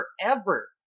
forever